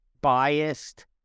biased